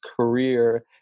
career